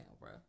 bro